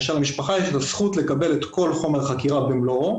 ולמשפחה יש הזכות לקבל את כל חומר החקירה במלואו